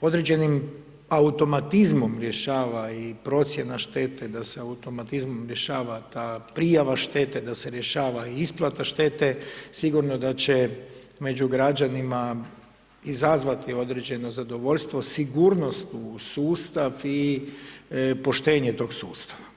određenim automatizmom rješava i procjena štete, da se automatizmom rješava ta prijava štete, da se rješava i isplata štete, sigurno da će među građanima izazvati određeno zadovoljstvo, sigurnost u sustav i poštenje tog sustava.